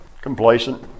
complacent